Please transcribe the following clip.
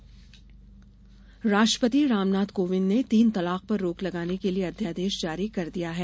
राष्ट्रपति तीन तलाक राष्ट्रपति रामनाथ कोविंद ने तीन तलाक पर रोक लगाने के लिए अध्यादेश जारी कर दिया है